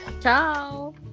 Ciao